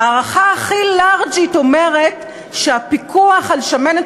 ההערכה הכי לארג'ית אומרת שהפיקוח על שמנת